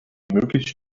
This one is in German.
möglichst